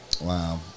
Wow